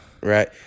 right